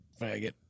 Faggot